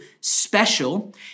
special